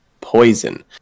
Poison